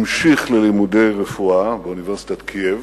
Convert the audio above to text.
והמשיך ללימודי רפואה באוניברסיטת קייב.